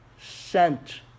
sent